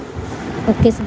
okay sir